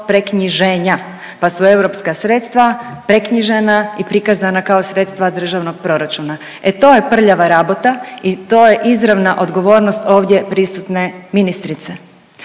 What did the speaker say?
preknjiženja pa su europska sredstva preknjižena i prikazana kao sredstva državnog proračuna. E to je prljava rabota i to je izravna odgovornost ovdje prisutne ministrice.